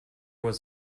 was